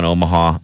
Omaha